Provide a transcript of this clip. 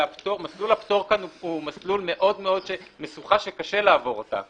מסלול הפטור כאן הוא משוכה שקשה לעבור אותה.